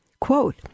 Quote